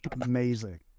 amazing